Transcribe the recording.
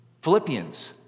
Philippians